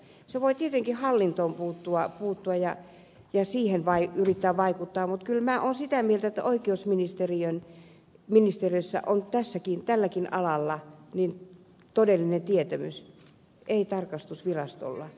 se voi tietenkin hallintoon puuttua ja siihen yrittää vaikuttaa mutta kyllä minä olen sitä mieltä että oikeusministeriössä on tälläkin alalla todellinen tietämys ei tarkastusvirastolla